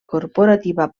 corporativa